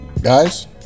Guys